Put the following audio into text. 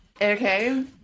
Okay